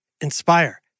Inspire